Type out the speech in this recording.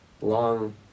long